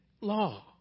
Law